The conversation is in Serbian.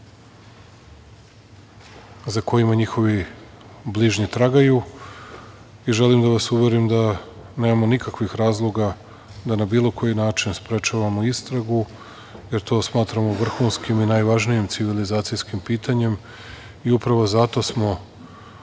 za kojima njihovi bližnji tragaju. Želim da vas uverim da nemamo nikakvih razloga da na bilo koji način sprečavamo istragu, jer to smatramo vrhunskim i najvažnijim civilizacijskim pitanjem, upravo zato smo